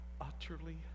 utterly